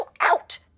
out